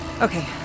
Okay